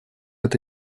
это